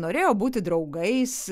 norėjo būti draugais